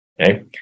okay